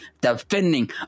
defending